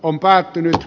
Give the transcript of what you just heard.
on päättynyt